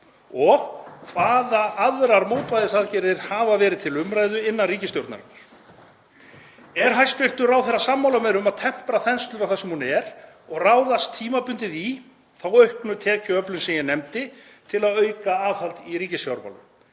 Hvaða aðrar mótvægisaðgerðir hafa verið til umræðu innan ríkisstjórnar? Er hæstv. ráðherra sammála mér um að tempra þensluna þar sem hún er og ráðast tímabundið í þá auknu tekjuöflun sem ég nefndi til að auka aðhald í ríkisfjármálum?